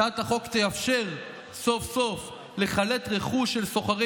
הצעת החוק תאפשר סוף-סוף לחלט רכוש של סוחרי